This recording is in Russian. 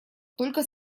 только